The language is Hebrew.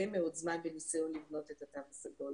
מאוד זמן בניסיון לבנות את התו הסגול